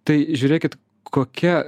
tai žiūrėkit kokia